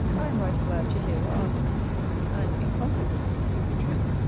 i am right glad to hear your answers and, in confidence you speak the truth,